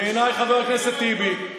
חבר הכנסת טיבי,